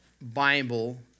Bible